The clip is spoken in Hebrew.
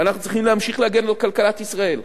ואנחנו צריכים להמשיך להגן על כלכלת ישראל.